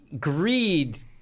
greed